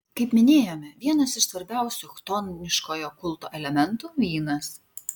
kaip minėjome vienas iš svarbiausių chtoniškojo kulto elementų vynas